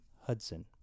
Hudson